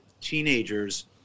teenagers